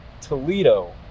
Toledo